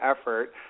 effort